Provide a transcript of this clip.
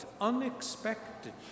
unexpected